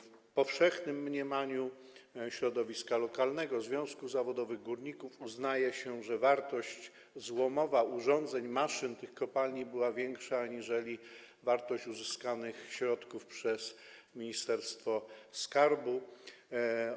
W powszechnym mniemaniu środowiska lokalnego, związków zawodowych górników, uznaje się, że wartość złomowa urządzeń, maszyn z tych kopalni była większa aniżeli wartość uzyskanych przez ministerstwo skarbu środków.